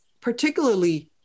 particularly